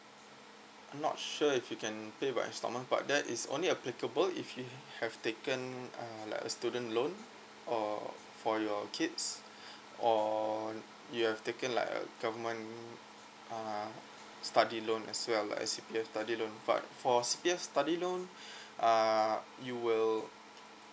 I'm not sure if you can pay by installment but that is only applicable if he have taken uh like a student loan or for your kids or you have taken like a government uh study loan as well like a C_P_F study loan but for C_P_F study loan uh you will